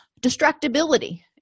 distractibility